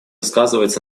сказывается